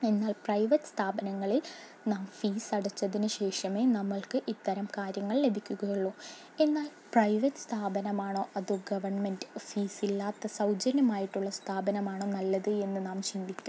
എന്നാൽ പ്രൈവറ്റ് സ്ഥാപനങ്ങളിൽ നാം ഫീസ് അടച്ചതിനുശേഷമേ നമ്മൾക്ക് ഇത്തരം കാര്യങ്ങൾ ലഭിക്കുകയള്ളൂ എന്നാൽ പ്രൈവറ്റ് സ്ഥാപനമാണോ അതോ ഗവൺമെൻ്റ് ഫീസില്ലാത്ത സൗജന്യമായിട്ടുള്ള സ്ഥാപനമാണോ നല്ലത് എന്നു നാം ചിന്തിക്കും